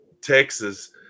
Texas